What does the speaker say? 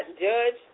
judge